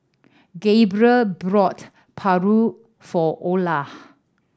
Gabriel brought paru for Olar